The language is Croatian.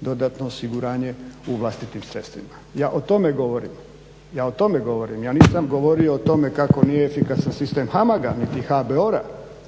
dodatno osiguranje u vlastitim sredstvima. Ja o tome govorim, ja nisam govorio o tome kako nije efikasan sistem HAMAG-a niti HBOR-a